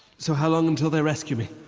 so, how long until they rescue me?